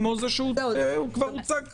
כמו זה שהוצג כאן.